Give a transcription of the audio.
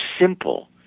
simple